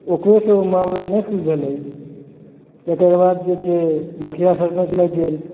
ओकरो सबसँ मामला नहि सुलझेलै ओकर बाद जे छै मुखिया सरपञ्च लग गेल